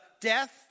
death